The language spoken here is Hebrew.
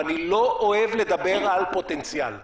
ואני לא אוהב לדבר על פוטנציאל.